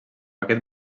aquest